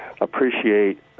appreciate